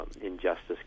injustice